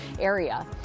area